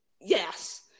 Yes